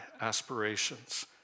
aspirations